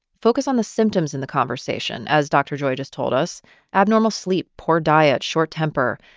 focus on the symptoms in the conversation, as dr. joy just told us abnormal sleep, poor diet, short temper.